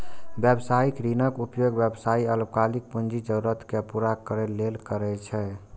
व्यावसायिक ऋणक उपयोग व्यवसायी अल्पकालिक पूंजी जरूरत कें पूरा करै लेल करै छै